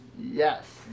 Yes